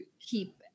keep